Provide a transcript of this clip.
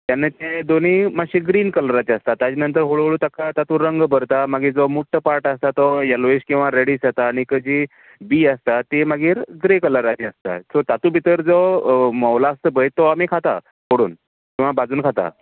तेन्ना ते दोनूय मात्शे ग्रिन कलराचे आसता ताच्या नंतर हळू हळू ताका तातूंत रंग भरता मागीर जो म्हुट्टो पार्ट आसता तो येलोईश किंवां रेडीश जाता आनीक जी बी आसता ती मागीर ग्रे कलराची आसता सो तातूंत भीतर जो हो म्होंवलो आसता पळय तो आमी खातात सोलून किंवां भाजून खातात